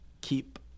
keep